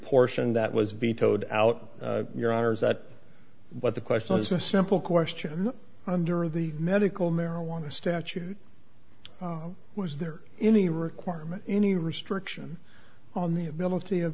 portion that was vetoed out your honor is that what the question is a simple question under the medical marijuana statute was there any requirement any restriction on the ability of